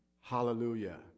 hallelujah